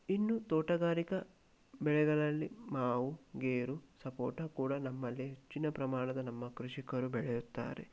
ಇನ್ನು ತೋಟಗಾರಿಕಾ ಬೆಳೆಗಳಲ್ಲಿ ಮಾವು ಗೇರು ಸಪೋಟ ಕೂಡ ನಮ್ಮಲ್ಲಿ ಹೆಚ್ಚಿನ ಪ್ರಮಾಣದ ನಮ್ಮ ಕೃಷಿಕರು ಬೆಳೆಯುತ್ತಾರೆ